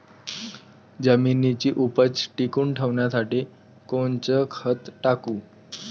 जमिनीची उपज टिकून ठेवासाठी कोनचं खत टाकू?